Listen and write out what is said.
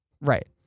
Right